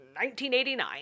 1989